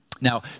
Now